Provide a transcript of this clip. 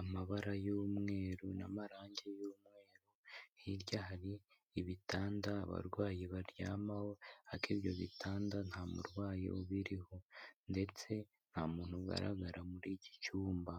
amabara y'umweru n'amarange y'umweru, hirya hari ibitanda abarwayi baryamaho ariko ibyo bitanda nta murwayi ubiriho ndetse nta muntu ugaragara muri iki cyumba.